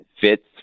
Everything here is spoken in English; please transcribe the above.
fits